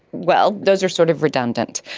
well, those are sort of redundant.